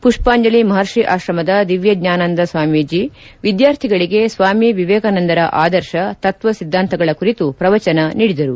ಪುಷ್ಪಾಂಜಲಿ ಮಹರ್ಷಿ ಆಶ್ರಮದ ದಿವ್ಯಜ್ಞಾನಾನಂದ ಸ್ವಾಮೀಜಿ ವಿದ್ಯಾರ್ಥಿಗಳಗೆ ಸ್ವಾಮಿ ವಿವೇಕಾನಂದರ ಆದರ್ಶ ತತ್ವ ಸಿದ್ದಾಂತಗಳ ಕುರಿತು ಪ್ರವಚನ ನೀಡಿದರು